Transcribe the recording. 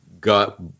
got